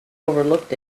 overlooked